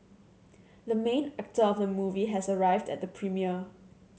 the main actor of the movie has arrived at the premiere